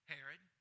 Herod